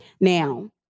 Now